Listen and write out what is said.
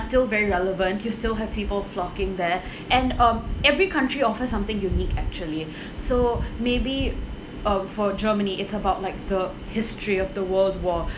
still very relevant you still have people flocking there and um every country offers something unique actually so maybe uh for germany it's about like the history of the world war